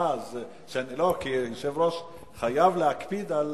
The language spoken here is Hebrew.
סליחה שאני לא, כי יושב-ראש חייב להקפיד על